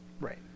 Right